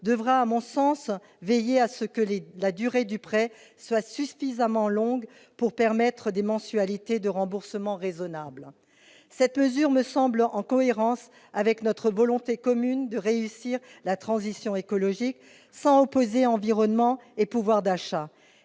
devra veiller à ce que la durée du prêt soit suffisamment longue pour permettre des mensualités de remboursement raisonnables. Cette mesure me semble en cohérence avec notre volonté commune de réussir la transition écologique sans opposer environnement et pouvoir d'achat.